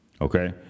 okay